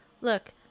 Look